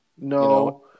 No